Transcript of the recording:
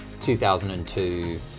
2002